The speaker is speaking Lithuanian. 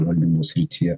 valdymo srityje